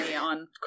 on